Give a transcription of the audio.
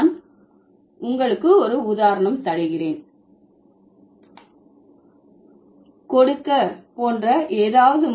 நான் உங்களுக்கு ஒரு உதாரணம் தருகிறேன் கொடுக்க போன்ற ஏதாவது